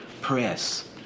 press